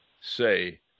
say